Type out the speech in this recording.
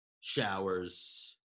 showers